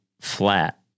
flat